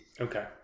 Okay